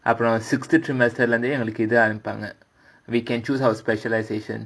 up around sixty trimester இது ஆரம்பிப்பாங்க:idha arambippaanga we can choose our specialisation